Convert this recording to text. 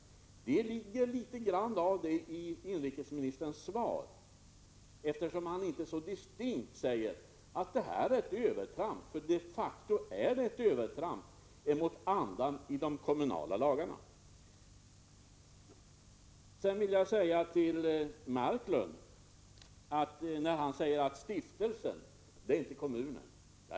Det ligger litet grand av detta i civilministerns svar, eftersom han inte distinkt säger att det här är ett övertramp. Men de facto är det ett övertramp med tanke på andan i de kommunala lagarna. Leif Marklund säger att stiftelsen, det är inte kommunen.